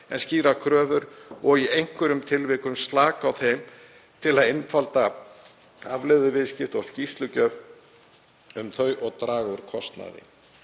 en skýra kröfur og í einhverjum tilvikum slaka á þeim til að einfalda afleiðuviðskipti og skýrslugjöf um þau og draga úr kostnaði.